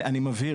אני מבהיר,